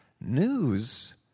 News